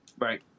Right